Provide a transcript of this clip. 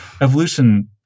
evolution